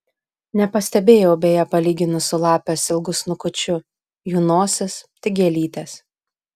nepastebėjau beje palyginus su lapės ilgu snukučiu jų nosys tik gėlytės